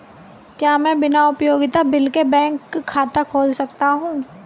क्या मैं बिना उपयोगिता बिल के बैंक खाता खोल सकता हूँ?